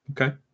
Okay